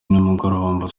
nimugoroba